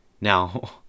Now